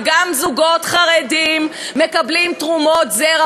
וגם זוגות חרדים מקבלים תרומות זרע,